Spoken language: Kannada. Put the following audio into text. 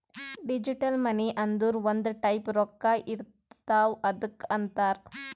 ಡಿಜಿಟಲ್ ಮನಿ ಅಂದುರ್ ಒಂದ್ ಟೈಪ್ ರೊಕ್ಕಾ ಇರ್ತಾವ್ ಅದ್ದುಕ್ ಅಂತಾರ್